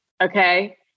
Okay